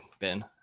Ben